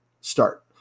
start